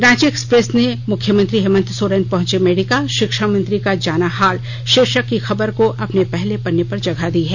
Ranchi Express ने मुख्यमंत्री हेमंत सोरेन पहुंचे मेडिका श्रिाक्षा मंत्री का जाना हाल भीर्शक की खबर को अपने पहले पन्ने पर जगह दी है